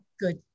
Good